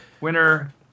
winner